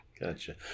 Gotcha